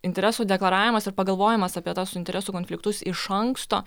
interesų deklaravimas ir pagalvojimas apie tuos interesų konfliktus iš anksto